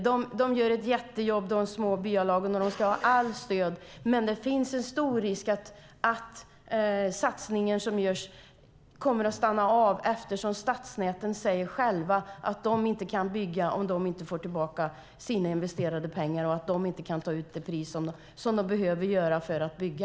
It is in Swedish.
De små byalagen gör ett jättejobb, och de ska ha allt stöd, men det finns en stor risk att satsningen som görs kommer att stanna av, eftersom stadsnäten själva säger att de inte kan bygga om de inte får tillbaka sina investerade pengar och kan ta ut det pris som de behöver för att bygga.